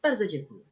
Bardzo dziękuję.